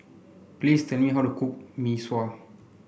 please tell me how to cook Mee Sua